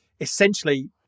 essentially